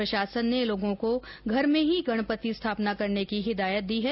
प्रशासन ने लोगों को घर में ही गणपति स्थापना करने की हिदायत दी है